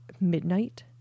midnight